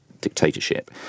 dictatorship